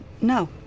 No